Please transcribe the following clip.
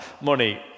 money